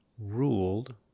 ruled